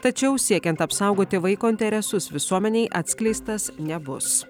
tačiau siekiant apsaugoti vaiko interesus visuomenėje atskleistas nebus